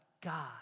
God